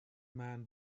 man